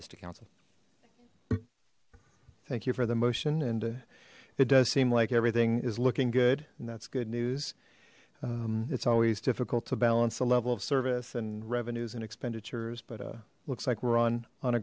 this to council thank you for the motion and it does seem like everything is looking good and that's good news it's always difficult to balance the level of service and revenues and expenditures but uh looks like we're on on a